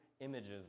images